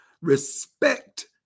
respect